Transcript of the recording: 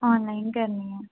हां आनलाइन करनी आं